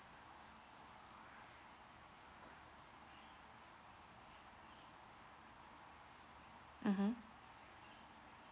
mmhmm